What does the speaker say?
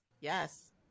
Yes